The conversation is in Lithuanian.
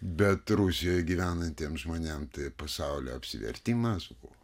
bet rusijoj gyvenantiems žmonėm tai pasaulio apsivertimas buvo